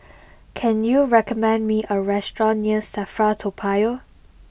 can you recommend me a restaurant near Safra Toa Payoh